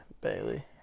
Bailey